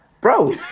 Bro